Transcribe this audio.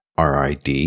RID